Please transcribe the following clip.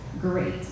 great